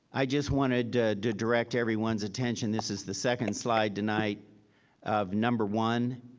i just wanted to direct everyone's attention. this is the second slide tonight of number one.